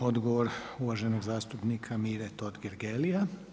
Evo odgovor uvaženog zastupnika Mire Totgergelija.